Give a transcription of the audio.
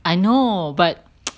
I know but